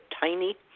tiny